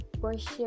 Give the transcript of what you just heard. worship